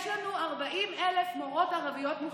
יש לנו 40,000 מורות ערביות מוכשרות.